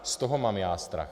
Z toho mám já strach.